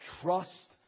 trust